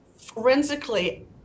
forensically